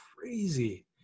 crazy